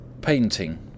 Painting